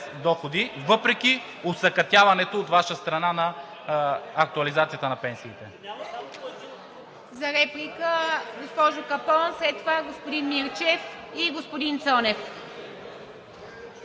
доходи, въпреки осакатяването от Ваша страна на актуализацията на пенсиите.